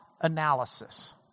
analysis